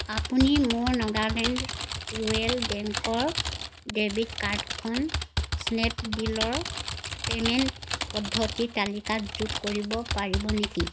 আপুনি মোৰ নাগালেণ্ড ৰুৰেল বেংকৰ ডেবিট কাৰ্ডখন স্নেপডীলৰ পে'মেণ্ট পদ্ধতিৰ তালিকাত যোগ কৰিব পাৰিব নেকি